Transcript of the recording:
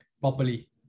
properly